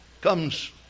comes